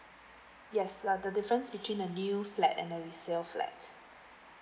yes uh the difference between the new flat and a resale flat